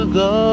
go